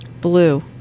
Blue